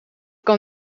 kan